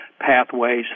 pathways